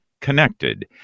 connected